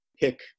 pick